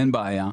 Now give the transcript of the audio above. אין בעיה.